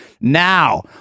Now